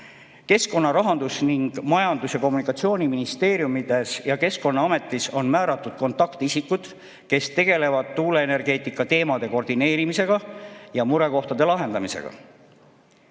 Keskkonna-, Rahandus- ning Majandus- ja Kommunikatsiooniministeeriumis ning Keskkonnaametis on määratud kontaktisikud, kes tegelevad tuuleenergeetika teemade koordineerimise ja murekohtade lahendamisega.